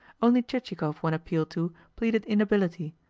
only chichikov, when appealed to, pleaded inability,